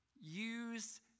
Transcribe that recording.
Use